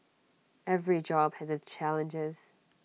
every job has its challenges